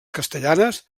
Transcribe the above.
castellanes